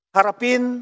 Harapin